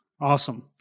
awesome